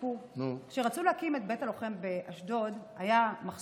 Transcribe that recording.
בשביל זה אנחנו צריכים להגיע למשא ומתן.